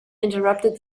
interrupted